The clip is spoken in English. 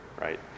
right